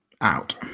out